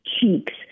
cheeks